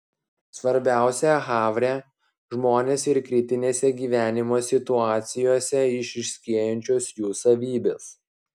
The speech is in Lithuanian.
svarbiausia havre žmonės ir kritinėse gyvenimo situacijose išryškėjančios jų savybės